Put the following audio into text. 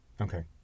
Okay